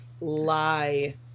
Lie